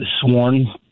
sworn